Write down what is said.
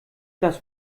das